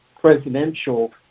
presidential